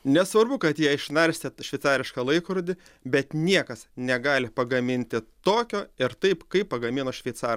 nesvarbu kad jie išnarstė t šveicarišką laikrodį bet niekas negali pagaminti tokio ir taip kaip pagamino šveicarai